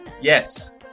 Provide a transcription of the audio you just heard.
Yes